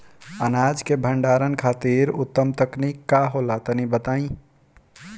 अनाज के भंडारण खातिर उत्तम तकनीक का होला तनी बताई?